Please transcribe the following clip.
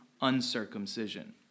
uncircumcision